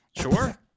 sure